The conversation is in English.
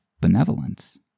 benevolence